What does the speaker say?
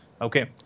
okay